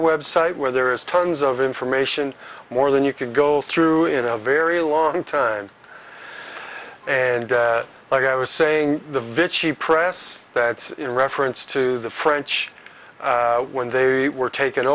website where there is tons of information more than you can go through in a very long time and like i was saying the vishay press that's a reference to the french when they were taken